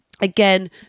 Again